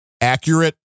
accurate